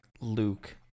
Luke